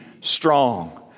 strong